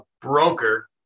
broker